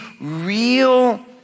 real